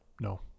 no